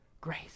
Grace